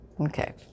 Okay